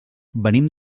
venim